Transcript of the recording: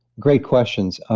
great questions.